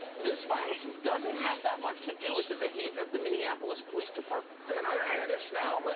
this violence and doesn't have that much to do with the behavior of the minneapolis police department. can i finish now? let